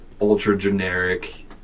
ultra-generic